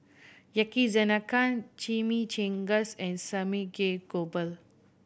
Yakizakana Chimichangas and Samgeyopsal